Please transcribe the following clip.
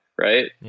right